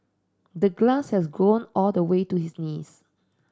the grass had grown all the way to his knees